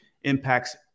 impacts